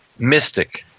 mystic,